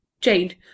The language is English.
jane